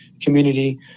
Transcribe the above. community